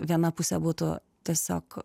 viena pusė būtų tiesiog